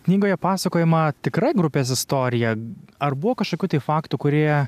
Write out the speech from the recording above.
knygoje pasakojama tikra grupės istorija ar buvo kažkokių faktų kurie